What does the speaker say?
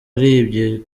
ari